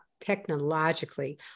technologically